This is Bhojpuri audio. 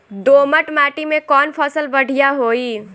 दोमट माटी में कौन फसल बढ़ीया होई?